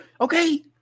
okay